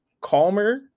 calmer